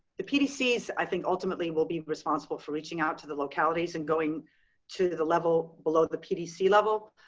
the pdcs i think ultimately will be responsible for reaching out to the localities and going to the the level below the pdc level.